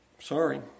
sorry